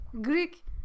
Greek